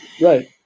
Right